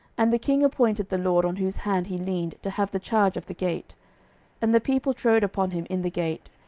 and the king appointed the lord on whose hand he leaned to have the charge of the gate and the people trode upon him in the gate,